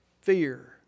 fear